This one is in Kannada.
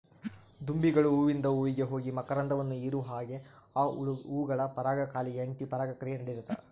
ದುಂಬಿಗಳು ಹೂವಿಂದ ಹೂವಿಗೆ ಹೋಗಿ ಮಕರಂದವನ್ನು ಹೀರುವಾಗೆ ಆ ಹೂಗಳ ಪರಾಗ ಕಾಲಿಗೆ ಅಂಟಿ ಪರಾಗ ಕ್ರಿಯೆ ನಡಿತದ